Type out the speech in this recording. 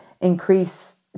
increase